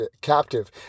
captive